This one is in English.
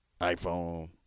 iPhone